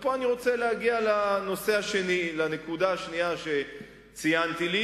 ופה אני רוצה להגיע לנקודה השנייה שציינתי לי,